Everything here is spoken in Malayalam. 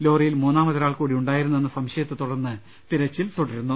ലോറിയിൽ മൂന്നാമതൊരാൾ കൂടി ഉണ്ടായിരുന്നെന്ന സംശയത്തെ തുടർന്ന് തിരച്ചിൽ തുടരുന്നു